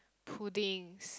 puddings